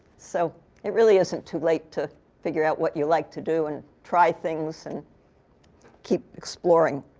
so it really isn't too late to figure out what you like to do and try things and keep exploring.